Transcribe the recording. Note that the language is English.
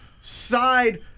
side